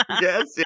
Yes